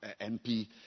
MP